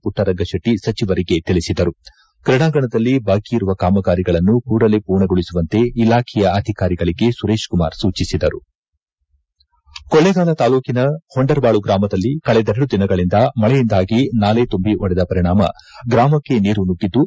ಪುಟ್ಟರಂಗಶೆಟ್ಟ ಸಚವರಿಗೆ ತಿಳಿಸಿದರುಕ್ರೀಡಾಂಗಣದಲ್ಲಿ ಬಾಕಿ ಇರುವ ಕಾಮಗಾರಿಗಳನ್ನು ಕೂಡಲೇ ಪೂರ್ಣಗೊಳಿಸುವಂತೆ ಇಲಾಖೆಯ ಅಧಿಕಾರಿಗಳಿಗೆ ಸುರೇಶ್ ಕುಮಾರ್ ಸೂಚಿಸಿದರು ಕೊಳ್ಳೇಗಾಲ ತಾಲೂಕಿನ ಹೊಂಡರಬಾಳು ಗ್ರಾಮದಲ್ಲಿ ಕಳೆದೆರಡು ದಿನಗಳಿಂದ ಮಳೆಯಿಂದಾಗಿ ನಾಲೆ ತುಂಬಿ ಒಡೆದ ಪರಿಣಾಮ ಗ್ರಾಮಕ್ಕೆ ನೀರು ನುಗ್ಗಿದ್ದು